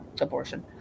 abortion